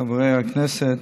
חברי הכנסת,